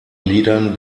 liedern